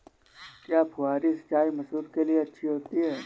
क्या फुहारी सिंचाई मसूर के लिए अच्छी होती है?